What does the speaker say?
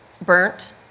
burnt